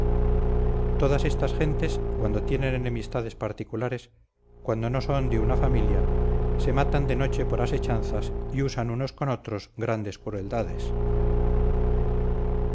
todas estas gentes cuando tienen enemistades particulares cuando no son de una familia se matan de noche por asechanzas y usan unos con otros grandes